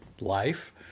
life